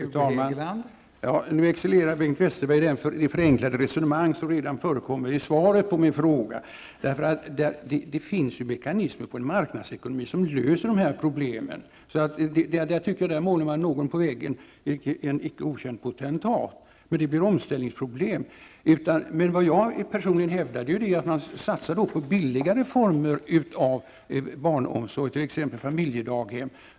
Fru talman! Nu excellerar Bengt Westerberg det förenklade resonemang som förekommer redan i svaret på min fråga. Det finns ju mekanismer i en marknadsekonomi som löser dessa problem. Där målar Bengt Westerberg en icke okänd potentat på väggen. Det blir visserligen omställningsproblem. Jag hävdar personligen att man skall satsa på billigare former av barnomsorg, t.ex. familjedaghem.